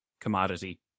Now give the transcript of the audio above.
commodity